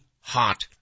hot